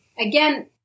Again